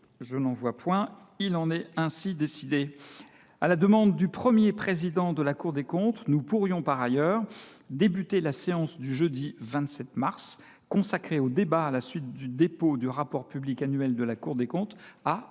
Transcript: pas d’opposition ?… Il en est ainsi décidé. À la demande du Premier président de la Cour des comptes, nous pourrions par ailleurs débuter la séance du jeudi 27 mars, consacrée au débat à la suite du dépôt du rapport public annuel de la Cour des comptes, à